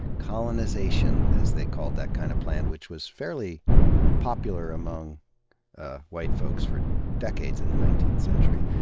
colonization, as they called that kind of plan, which was fairly popular among white folks for decades in the nineteenth century.